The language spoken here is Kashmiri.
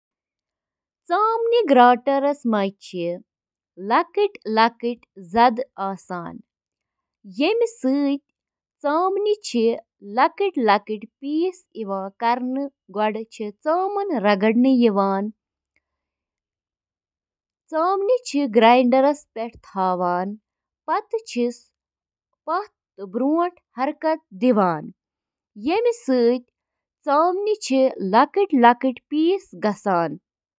ہیئر ڈرائر، چُھ اکھ الیکٹرو مکینیکل آلہ یُس نم مَس پیٹھ محیط یا گرم ہوا چُھ وایان تاکہِ مَس خۄشٕک کرنہٕ خٲطرٕ چُھ آبُک بخارات تیز گژھان۔ ڈرائر چِھ پرتھ سٹرینڈ اندر عارضی ہائیڈروجن بانڈن ہنٛز تشکیل تیز تہٕ کنٹرول کرتھ، مس ہنٛز شکل تہٕ اندازس پیٹھ بہتر کنٹرولس قٲبل بناوان۔